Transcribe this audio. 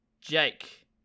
Jake